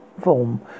form